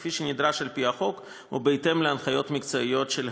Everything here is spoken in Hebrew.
כפי שנדרש על-פי החוק ובהתאם להנחיות המקצועיות של המשרד.